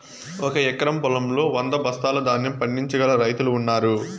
ఒక ఎకరం పొలంలో వంద బస్తాల ధాన్యం పండించగల రైతులు ఉన్నారు